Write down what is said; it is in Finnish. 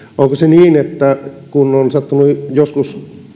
onko se niin että kun on sattunut joskus